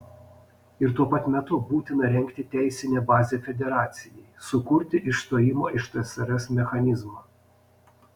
ir tuo pat metu būtina rengti teisinę bazę federacijai sukurti išstojimo iš tsrs mechanizmą